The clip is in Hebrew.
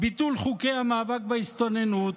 ביטול חוקי המאבק בהסתננות,